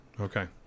Okay